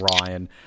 Ryan